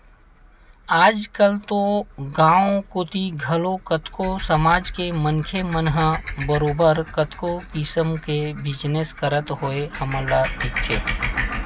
आजकल तो गाँव कोती घलो कतको समाज के मनखे मन ह बरोबर कतको किसम के बिजनस करत होय हमन ल दिखथे